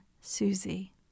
Susie